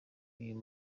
uyu